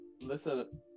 listen